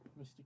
Mr